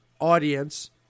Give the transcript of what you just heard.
audience